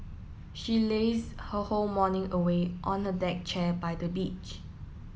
she laze her whole morning away on a deck chair by the beach